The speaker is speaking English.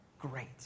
great